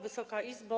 Wysoka Izbo!